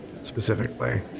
specifically